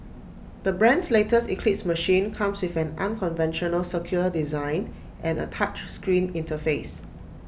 the brand's latest eclipse machine comes with an unconventional circular design and A touch screen interface